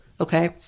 Okay